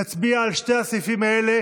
נצביע על שני הסעיפים האלה